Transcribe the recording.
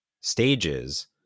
stages